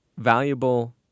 Valuable